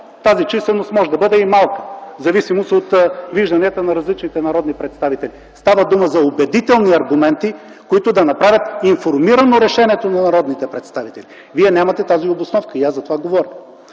тази численост може да бъде и малка - в зависимост от вижданията на различните народни представители. Става дума за убедителни аргументи, които да направят информирано решението на народните представители. Вие нямате тази обосновка – аз за това говоря.